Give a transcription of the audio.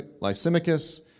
Lysimachus